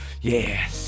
Yes